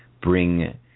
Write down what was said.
bring